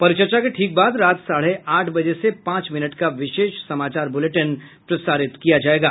परिचर्चा के ठीक बाद रात साढ़े आठ बजे से पांच मिनट का विशेष समाचार ब्रुलेटिन प्रसारित किया जायेगा